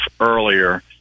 earlier